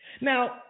Now